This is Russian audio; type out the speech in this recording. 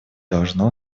должно